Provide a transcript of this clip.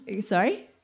sorry